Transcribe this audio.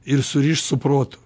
ir surišt su protu